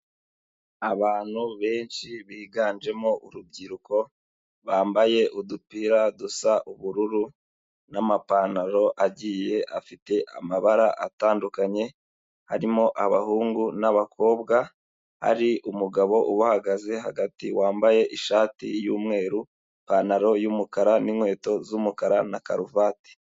Abantu benshi biganjemo urubyiruko, bambaye udupira dusa ubururu, n'amapantaro agiye afite amabara atandukanye, harimo abahungu n'abakobwa, hari umugabo ubahagaze hagati wambaye ishati y'umweru ipantaro y'umukara n'inkweto z'umukara na karuvati.